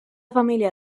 família